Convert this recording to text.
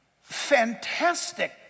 fantastic